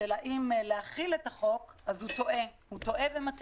האם להחיל את החוק אז הוא טועה ומטעה.